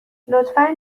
لطفا